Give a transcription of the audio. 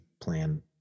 plan